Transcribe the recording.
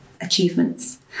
achievements